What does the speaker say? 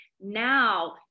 now